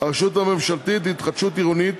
הרשות הממשלתית להתחדשות עירונית